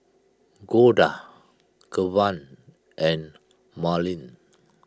Golda Kevan and Marlene